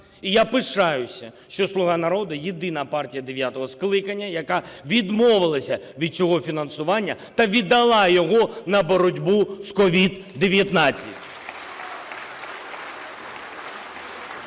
І я пишаюся, що "Слуга народу" – єдина партія дев'ятого скликання, яка відмовилася від цього фінансування та віддала його на боротьбу з СOVID-19